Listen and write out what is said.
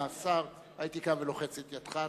הייתי קם ולוחץ את ידך.